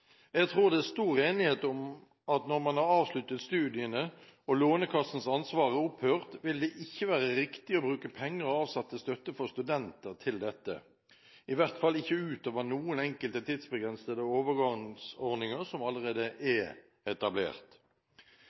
Jeg tror det er stor enighet om at når man har avsluttet studiene, og Lånekassens ansvar er opphørt, vil det ikke være riktig å bruke penger avsatt til støtte for studenter til dette, i hvert fall ikke utover noen enkelte tidsbegrensede overgangsordninger som allerede er etablert.